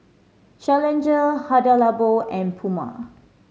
Challenger Hada Labo and Puma